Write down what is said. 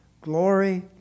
Glory